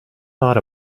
thought